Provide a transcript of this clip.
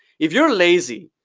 if you're lazy,